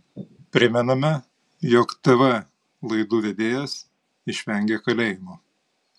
primename jog tv laidų vedėjas išvengė kalėjimo